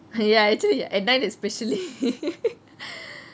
ya actually at night especially